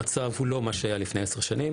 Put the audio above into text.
המצב הוא לא מה שהיה לפני עשר שנים,